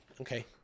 okay